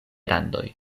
randoj